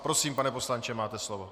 Prosím, pane poslanče, máte slovo.